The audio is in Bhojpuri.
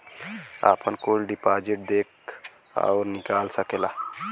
आपन कुल डिपाजिट देख अउर निकाल सकेला